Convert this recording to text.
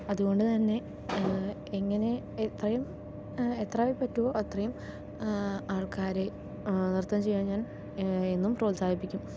അതുകൊണ്ടുതന്നെ എങ്ങനെ ഇത്രെയും എത്രയും പറ്റോ അത്രയും ആൾക്കാര് നൃത്തം ചെയ്യാൻ ഞാൻ എന്നും പ്രോത്സാഹിപ്പിക്കും